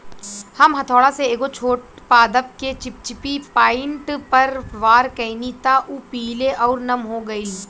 हम हथौड़ा से एगो छोट पादप के चिपचिपी पॉइंट पर वार कैनी त उ पीले आउर नम हो गईल